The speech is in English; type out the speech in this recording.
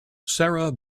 sarah